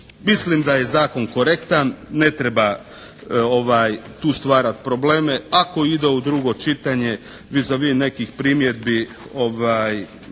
Mislim da je zakon korektan. Ne treba tu stvarati probleme. Ako ide u drugo čitanje "vis a vis" nekih primjedbi Kluba